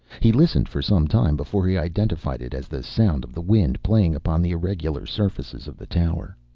he listened for some time before he identified it as the sound of the wind playing upon the irregular surfaces of the tower.